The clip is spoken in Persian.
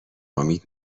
امید